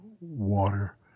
water